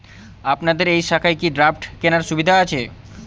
আপনাদের এই শাখায় কি ড্রাফট কেনার সুবিধা আছে?